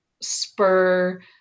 spur